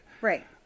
Right